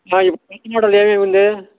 ఇప్పుడు కొత్త మోడల్ ఏమేమి వుంది